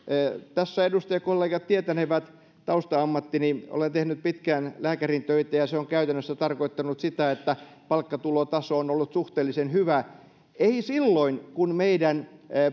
tässä edustajakollegat tietänevät tausta ammattini olen tehnyt pitkään lääkärin töitä ja se on käytännössä tarkoittanut sitä että palkkatulotaso on ollut suhteellisen hyvä silloin kun meidän